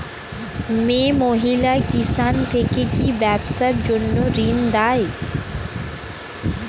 মিয়ে মহিলা কিষান থেকে কি ব্যবসার জন্য ঋন দেয়?